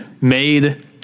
made